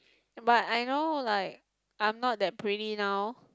but I know like I'm not that pretty now